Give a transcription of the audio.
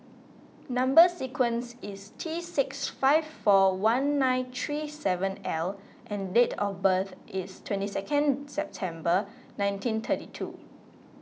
Number Sequence is T six five four one nine three seven L and date of birth is twenty second September nineteen thirty two